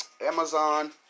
Amazon